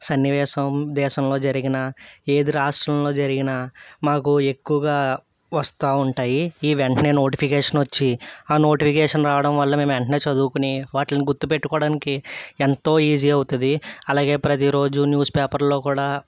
సన్నివేశం దేశంలో జరిగిన ఏది రాష్ట్రంలో జరిగిన మాకు ఎక్కువగా వస్తూ ఉంటాయి ఈ వెంటనే నోటిఫికేషన్ వచ్చి ఆ నోటిఫికేషన్ రావడం వల్ల మేము వెంటనే చదువుకొని వాటిని గుర్తు పెట్టుకోవడానికి ఎంతో ఈజీ అవుతుంది అలాగే ప్రతిరోజు న్యూస్ పేపర్లో కూడా